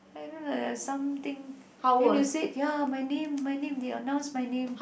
I don't know there are something then you said ya my name my name they announce my name